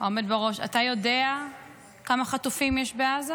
העומד בראש, אתה יודע כמה חטופים יש בעזה?